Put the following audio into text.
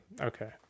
Okay